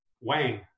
Wang